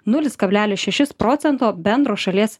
nulis kablelis šešis procento bendro šalies